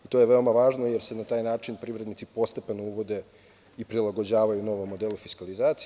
To je veoma važno, jer se na taj način privrednici postepeno uvode i prilagođavaju novom modelu fiskalizacije.